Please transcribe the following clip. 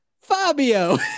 Fabio